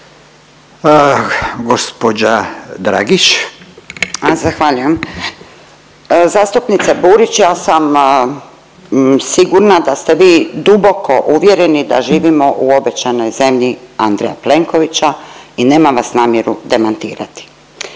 Irena (SDP)** Zahvaljujem. Zastupnica Burić ja sam sigurna da ste vi duboko uvjereni da živimo u obećanoj zemlji Andreja Plenkovića i nemam vas namjeru demantirati